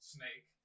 Snake